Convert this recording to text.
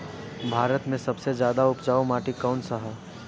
भारत मे सबसे ज्यादा उपजाऊ माटी कउन सा ह?